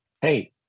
Hey